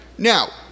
Now